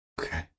Okay